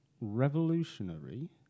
revolutionary